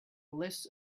list